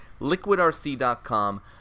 liquidrc.com